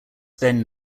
then